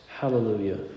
Hallelujah